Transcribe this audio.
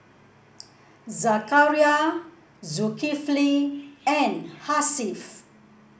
Zakaria Zulkifli and Hasif